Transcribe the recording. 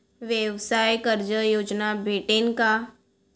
व्यवसाय कर्ज योजना भेटेन का?